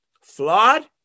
Flawed